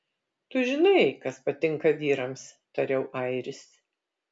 tu žinai kas patinka vyrams tariau airis